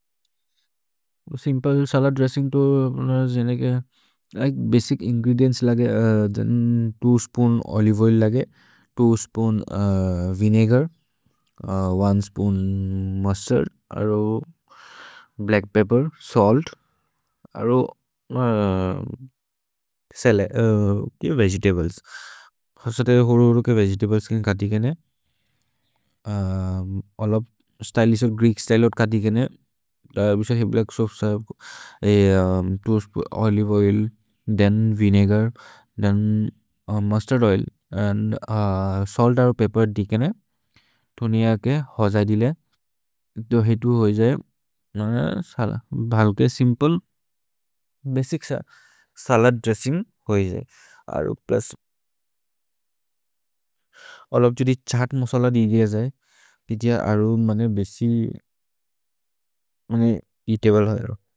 Simple salad dressing तो जेनेके basic ingredients लगे, दो स्पून् ओलिवे ओइल् लगे, दो स्पून् विनेगर्, दो स्पून् मुस्तर्द्, अरो ब्लच्क् पेप्पेर्, सल्त्, अरो वेगेतब्लेस्। अरो वेगेतब्लेस् लगे, दो स्पून् ओलिवे ओइल्, दो स्पून् विनेगर्, दो स्पून् मुस्तर्द्, अरो वेगेतब्लेस् लगे, दो स्पून् ओलिवे ओइल्, एक् स्पून् मुस्तर्द्, अरो वेगेतब्लेस् लगे, दो स्पून् ओलिवे ओइल्, एक् स्पून् विनेगर्, अरो वेगेतब्लेस् लगे, दो स्पून् ओलिवे ओइल्, एक् स्पून् मुस्तर्द्, अरो वेगेतब्लेस् लगे, दो स्पून् ओलिवे ओइल्, एक् स्पून् विनेगर्, अरो वेगेतब्लेस् लगे, दो स्पून् ओलिवे ओइल्, एक् स्पून् मुस्तर्द्, अरो वेगेतब्लेस् लगे, दो स्पून् ओलिवे ओइल्, एक् स्पून् विनेगर्, अरो वेगेतब्लेस् लगे, दो स्पून् ओलिवे ओइल्, एक् स्पून् मुस्तर्द्, अरो वेगेतब्लेस् लगे, दो स्पून् ओलिवे ओइल्, एक् स्पून् विनेगर्, अरो वेगेतब्लेस् लगे, दो स्पून् ओलिवे ओइल्, एक् स्पून् मुस्तर्द्, अरो वेगेतब्लेस् लगे, दो स्पून् ओलिवे ओइल्, एक् स्पून् मुस्तर्द्, अरो वेगेतब्लेस् लगे, दो स्पून् ओलिवे ओइल्, एक् स्पून् विनेगर्, अरो वेगेतब्लेस् लगे, दो स्पून् ओलिवे ओइल्, एक् स्पून् मुस्तर्द्, अरो वेगेतब्लेस् लगे, दो स्पून् ओलिवे ओइल्, एक् स्पून् मुस्तर्द्, अरो वेगेतब्लेस् लगे, दो स्पून् ओलिवे।